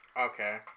Okay